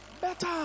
better